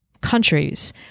countries